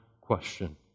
question